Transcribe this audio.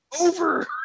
over